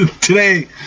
today